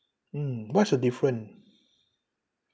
mm what's the different